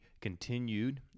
continued